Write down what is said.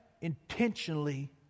intentionally